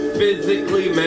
physically